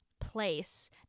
place